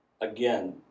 again